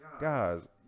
guys